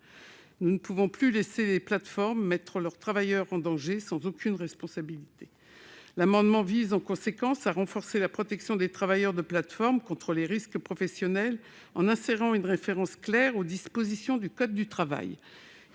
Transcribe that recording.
Nous ne pouvons plus laisser les plateformes mettre leurs travailleurs en danger sans encourir aucune responsabilité. L'amendement vise ainsi à renforcer la protection des travailleurs de plateforme contre les risques professionnels en insérant une référence claire aux dispositions du code du travail,